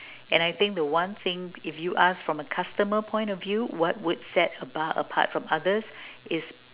and I think the one thing if you ask from a customer point of view what would set a bar apart from others is